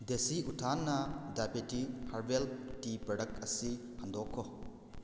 ꯗꯦꯁꯤ ꯎꯊꯥꯅꯥ diabetes herbal tea product ꯑꯁꯤ ꯍꯟꯗꯣꯛꯈꯣ